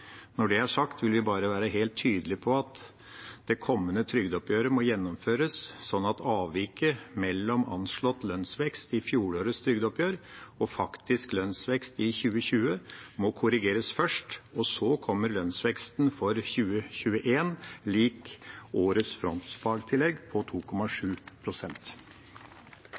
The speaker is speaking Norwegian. Når det er sagt, vil vi bare være helt tydelige på at det kommende trygdeoppgjøret må gjennomføres sånn at avviket mellom anslått lønnsvekst i fjorårets trygdeoppgjør og faktisk lønnsvekst i 2020 må korrigeres først, og så kommer lønnsveksten for 2021 lik årets frontfagstillegg på